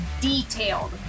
detailed